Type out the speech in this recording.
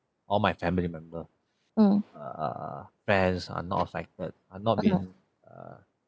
all my family member uh uh uh friends are not affected uh not being err